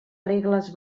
regles